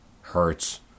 hurts